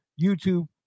YouTube